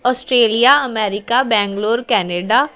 Australia America Bangalore Canada